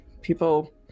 People